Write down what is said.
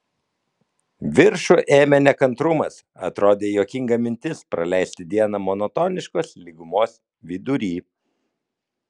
viršų ėmė nekantrumas atrodė juokinga mintis praleisti dieną monotoniškos lygumos vidury